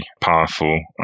powerful